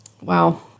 wow